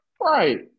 Right